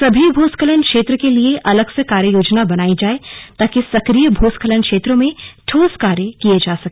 सभी भू स्खलन क्षेत्र के लिए अलग से कार्य योजना बनाई जाए ताकि सक्रिय भू स्खलन क्षेत्रों में ठोस कार्य किए जा सके